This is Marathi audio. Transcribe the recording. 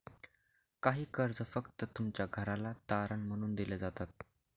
काही कर्ज फक्त तुमच्या घराला तारण मानून दिले जातात